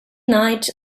night